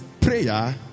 prayer